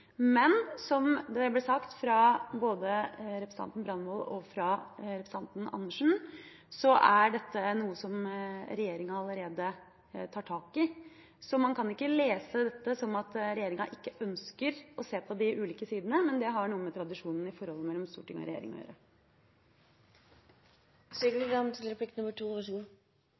men som det ble sagt både fra representanten Brandvik og fra representanten Andersen, er dette noe som regjeringa allerede tar tak i. Så man kan ikke lese dette som at regjeringa ikke ønsker å se på de ulike sidene, men det har noe med tradisjonene i forholdet mellom storting og regjering å